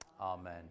Amen